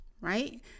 right